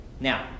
Now